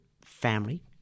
family